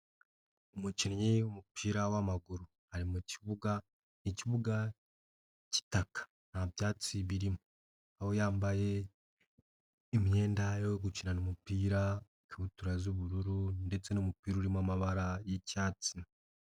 Umukinnyi w'umupira w'amaguru ari mu kibuga, ikibuga k'itaka nta byatsi birimo, aho yambaye imyenda yo gukina umupira ikabutura z'ubururu ndetse n'umupira urimo amabara y'icyatsi.